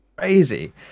crazy